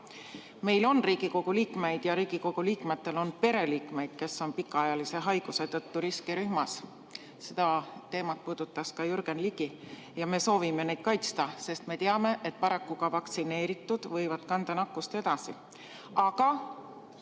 Meil on Riigikogu liikmeid ja Riigikogu liikmetel on pereliikmeid, kes on pikaajalise haiguse tõttu riskirühmas – seda teemat puudutas ka Jürgen Ligi –, ja me soovime neid kaitsta, sest me teame, et paraku ka vaktsineeritud võivad kanda nakkust edasi.